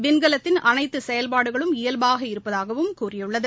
விண்கலத்தின் அனைத்து செயல்பாடுகளும் இயல்பாக இருப்பதாகவும் கூறியுள்ளது